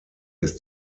ist